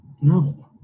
No